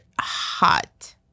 hot